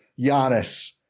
Giannis